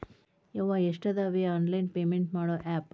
ಯವ್ವಾ ಎಷ್ಟಾದವೇ online payment ಮಾಡೋ ಆಪ್